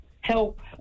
help